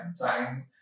time